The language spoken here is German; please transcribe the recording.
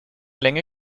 länge